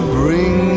bring